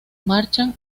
marchan